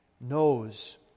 knows